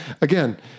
again